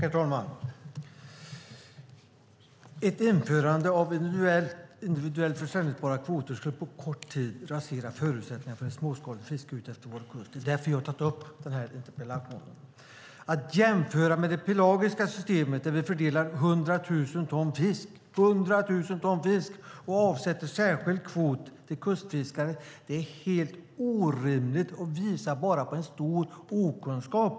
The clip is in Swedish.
Herr talman! Ett införande av individuellt säljbara kvoter skulle på kort tid rasera förutsättningarna för småskaligt fiske utefter vår kust. Det är därför jag har ställt den här interpellationen. Att jämföra med det pelagiska systemet där vi fördelar 100 000 ton fisk och avsätter en särskild kvot till kustfiskare är helt orimligt och visar bara på en stor okunskap.